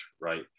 right